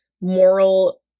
moral